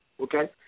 okay